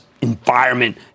environment